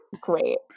Great